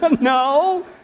No